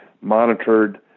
monitored